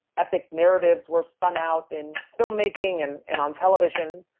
epic narratives were spun out in filmmaking and and on television.